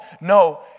No